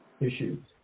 issues